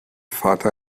vater